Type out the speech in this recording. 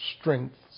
strengths